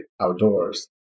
outdoors